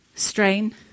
strain